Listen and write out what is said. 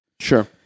Sure